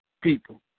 people